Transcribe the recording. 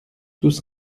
tous